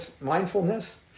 mindfulness